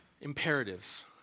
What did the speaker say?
imperatives